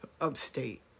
upstate